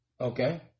okay